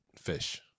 fish